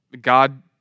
God